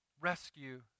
rescue